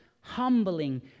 humbling